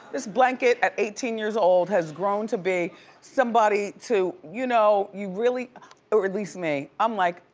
this blanket at eighteen years old has grown to be somebody to you know, you really or at least me. i'm like,